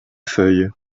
feuille